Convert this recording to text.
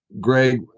Greg